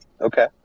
Okay